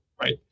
right